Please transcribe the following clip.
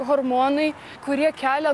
hormonai kurie kelia